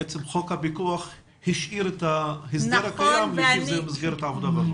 בעצם חוק הפיקוח השאיר את ההסדר הקיים למסגרת משרד העבודה והרווחה.